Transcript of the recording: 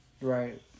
Right